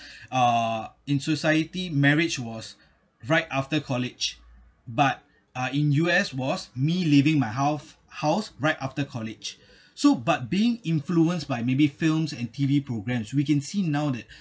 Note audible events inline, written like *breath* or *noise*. uh in society marriage was right after college but uh in U_S was me leaving my house right after college *breath* so but being influenced by maybe films and tv programmes we can see now that